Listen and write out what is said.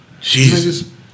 Jesus